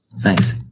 Thanks